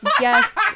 yes